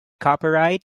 copyright